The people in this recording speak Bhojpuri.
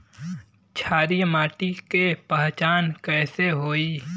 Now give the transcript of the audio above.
क्षारीय माटी के पहचान कैसे होई?